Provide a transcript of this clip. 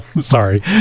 Sorry